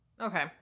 Okay